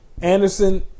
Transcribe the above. Anderson